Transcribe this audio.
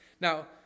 Now